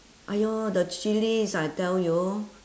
!aiyo! the chillies I tell you